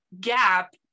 gap